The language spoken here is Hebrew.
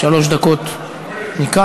שלוש דקות מכאן.